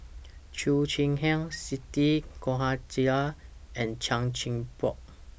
Cheo Chai Hiang Siti Khalijah and Chan Chin Bock